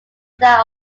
that